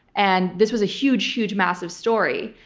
and this was a huge, huge, massive story.